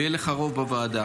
ויהיה לך רוב בוועדה.